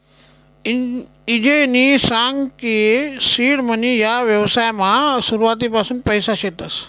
ईजयनी सांग की सीड मनी ह्या व्यवसायमा सुरुवातपासून पैसा शेतस